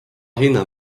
hinna